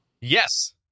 Yes